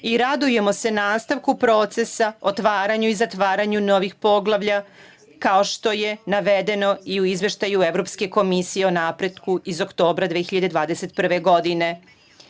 i radujemo se nastavku procesa, otvaranju i zatvaranju novih poglavlja, kao što je navedeno i u izveštaju Evropske komisije o napretku, iz oktobra 2021.